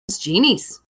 genies